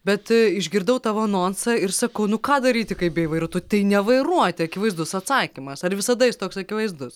bet išgirdau tavo anonsą ir sakau nu ką daryti kaip bijai vairuot tu tai nevairuoti akivaizdus atsakymas ar visada jis toks akivaizdus